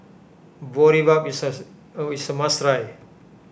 Boribap is a way you must try